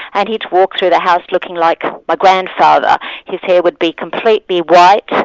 and he'd walk through the house looking like a but grandfather his hair would be completely white,